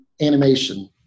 animation